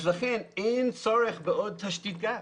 לכן אין צורך בעוד תשתית גז.